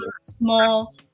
small